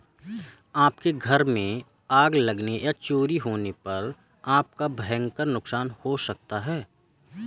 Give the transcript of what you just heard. आपके घर में आग लगने या चोरी होने पर आपका भयंकर नुकसान हो सकता है